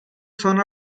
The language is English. son